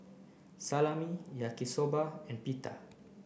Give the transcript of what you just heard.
Salami Yaki Soba and Pita